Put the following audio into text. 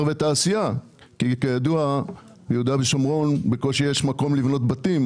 ותעשייה כי כידוע ביהודה ושומרון בקושי יש מקום לבנות בתים,